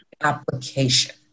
application